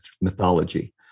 mythology